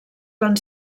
van